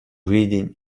reading